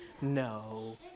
No